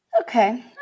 Okay